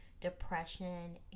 depression